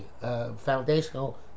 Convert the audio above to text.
foundational